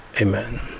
Amen